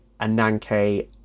Ananke